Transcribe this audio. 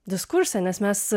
diskurse nes mes